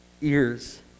ears